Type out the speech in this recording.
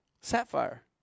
Sapphire